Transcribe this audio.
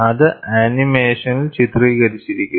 അത് ആനിമേഷനിൽ ചിത്രീകരിച്ചിരിക്കുന്നു